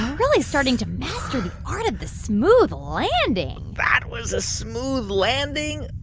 really starting to master the art of the smooth landing that was a smooth landing?